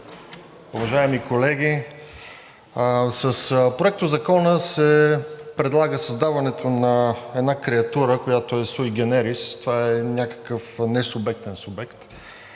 уважаеми колеги! С Проектозакона се предлага създаването на една креатура, която е sui generis, това е някакъв несубектен субект.